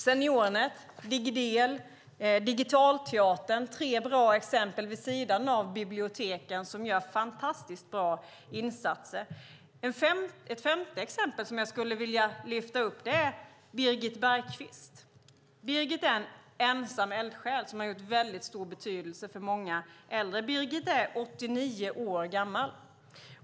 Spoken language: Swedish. Seniornet, Digidel och Digitalteatern är tre bra exempel vid sidan av biblioteken som gör fantastiskt bra insatser. Ett femte exempel som jag skulle vilja lyfta fram är Birgit Bergkvist. Birgit är en ensam eldsjäl som har haft mycket stor betydelse för många äldre. Birgit är 89 år gammal.